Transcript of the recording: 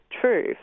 true